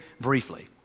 briefly